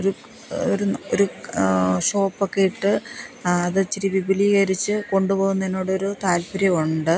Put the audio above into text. ഒരു ഒരു ഷോപ്പ് ഒക്കെ ഇട്ട് അത് ഇച്ചിരി വിപുലീകരിച്ച് കൊണ്ടു പോവുന്നതിനോടൊരു താല്പ്പര്യം ഉണ്ട്